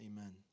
Amen